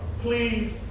please